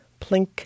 plink